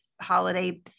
holiday